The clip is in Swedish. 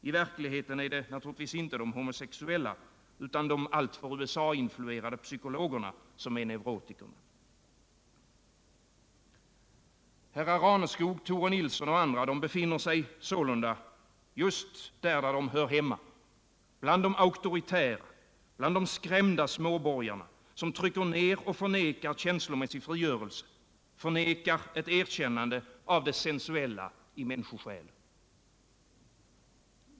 I verkligheten är det naturligtvis inte de homosexuella utan de alltför USA-influerade psykologerna som är neurotikerna. Herrar Raneskog, Tore Nilsson och andra befinner sig sålunda just i det sällskap där de hör hemma: bland de auktoritära, bland de skrämda småborgarna, som trycker ner och förnekar känslomässig frigörelse och ett erkännande av det sensuella i människosjälen.